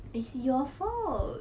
is your fault